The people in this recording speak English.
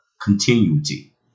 continuity